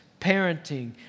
parenting